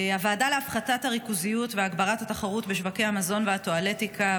הוועדה להפחתת הריכוזיות והגברת התחרות בשווקי המזון והטואלטיקה,